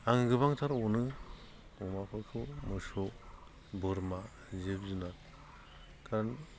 आं गोबांथार अनो अमाफोरखौ मोसौ बोरमा जिब जुनार कारन